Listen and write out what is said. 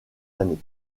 années